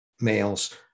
males